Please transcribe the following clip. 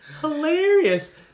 hilarious